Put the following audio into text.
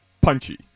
punchy